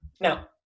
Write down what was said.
Now